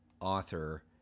author